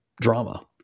drama